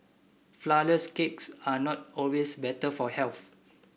flour less cakes are not always better for health